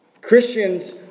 Christians